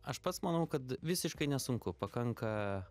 aš pats manau kad visiškai nesunku pakanka